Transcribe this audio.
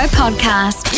podcast